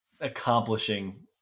accomplishing